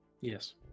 Yes